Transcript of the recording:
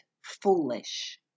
foolish